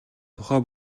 тухай